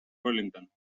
burlington